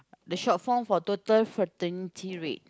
the short form for total fertility rate